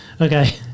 Okay